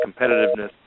competitiveness